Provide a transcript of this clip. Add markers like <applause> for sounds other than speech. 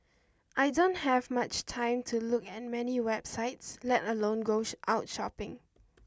I don't have much time to look at many websites let alone go <unintelligible> out shopping